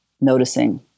noticing